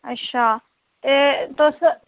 अच्छा ते तुस